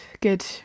good